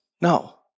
No